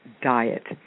diet